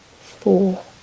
four